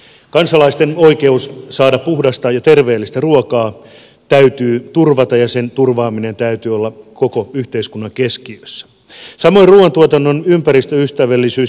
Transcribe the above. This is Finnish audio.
kansalaisten oikeus saada puhdasta ja terveellistä ruokaa täytyy turvata ja sen turvaamisen täytyy olla koko yhteiskunnan keskiössä samoin ruuantuotannon ympäristöystävällisyys